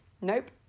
Nope